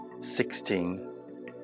Sixteen